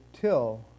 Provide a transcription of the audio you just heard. till